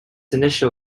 initial